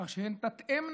כך שהן תתאמנה